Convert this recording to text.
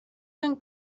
ben